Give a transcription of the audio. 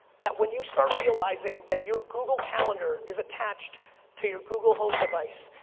that when you start realizing that your google calendar is attached to your google home device,